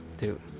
dude